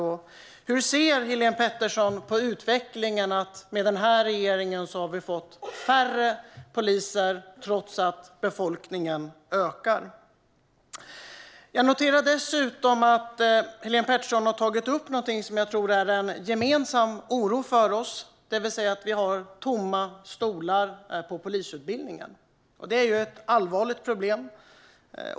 Och hur ser Helene Petersson på utvecklingen att vi med den här regeringen har fått färre poliser trots att befolkningen ökar? Jag noterar dessutom att Helene Petersson har tagit upp någonting som jag tror är en gemensam oro för oss, det vill säga att vi har tomma stolar på polisutbildningen. Det är ett allvarligt problem.